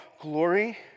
glory